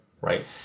right